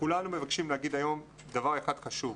כולנו מבקשים לומר היום דבר אחד חשוב.